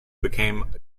became